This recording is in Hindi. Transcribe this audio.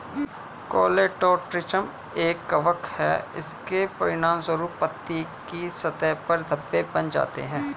कोलेटोट्रिचम एक कवक है, इसके परिणामस्वरूप पत्ती की सतह पर धब्बे बन जाते हैं